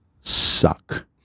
suck